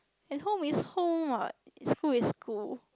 and home is home what and school is school